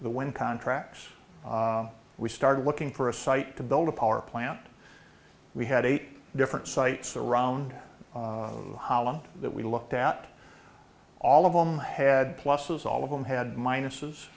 the wind contracts we started looking for a site to build a power plant we had eight different sites around the holland that we looked at all of them had pluses all of them had minuses